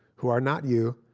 who are not you,